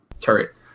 turret